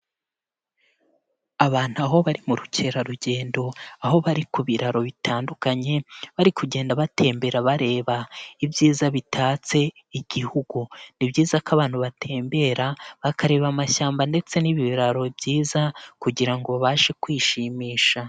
Abantu aho bari mu rukerarugendo aho bari ku biraro bitandukanye bari kugenda batembera bareba ibyiza bitatse Igihugu, ni byiza ko abantu batembera bakareba amashyamba ndetse n'ibiraro byiza kugira ngo babashe kwishimisha.